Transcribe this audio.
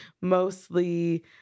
mostly